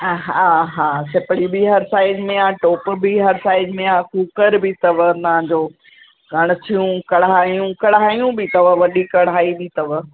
हा हा सिपरी बि हर साईज़ में आहे टोप बि हर साईज़ में आहे कूकर बि अथव तव्हांजो कणिछियूं कढ़ायूं कढ़ायूं बि अथव वॾी कढ़ाई बि अथव